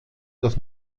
das